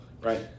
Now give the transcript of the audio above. right